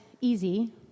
easy